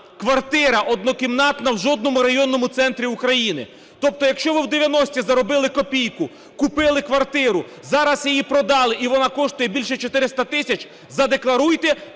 квартира однокімнатна в жодному районному центрі України. Тобто якщо ви в 90-ті заробили копійку, купили квартиру, зараз її продали, і вона коштує більше 400 тисяч, задекларуйте